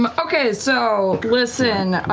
um okay, so listen.